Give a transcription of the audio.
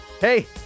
hey